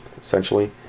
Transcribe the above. essentially